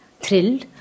thrilled